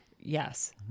Yes